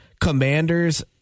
Commanders